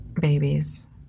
babies